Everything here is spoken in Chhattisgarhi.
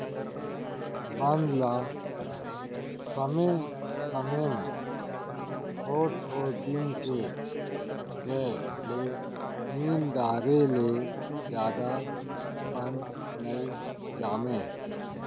बन ल समे समे म थोर थोर दिन के गए ले निंद डारे ले जादा बन नइ जामय